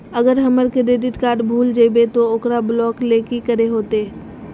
अगर हमर credit card भूल जइबे तो ओकरा ब्लॉक लें कि करे होते?